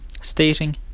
stating